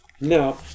Now